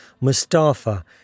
Mustafa